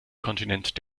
kontinent